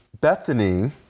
Bethany